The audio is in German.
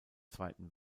zweiten